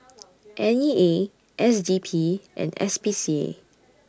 N E A S D P and S P C A